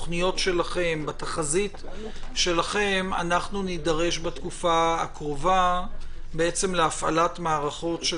בתחזית שלכם אנחנו נידרש בתקופה הקרובה להפעלת מערכות של